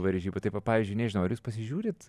varžybų taip va pavyzdžiui nežinau ar jūs pasižiūrit